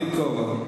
בלי כובע.